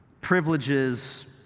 privileges